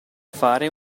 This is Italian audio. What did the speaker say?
fare